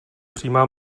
přímá